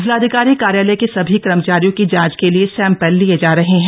जिलाधिकारी कार्यालय के सभी कर्मचारियों की जांच के लिए सैंपल लिए जा रहे हैं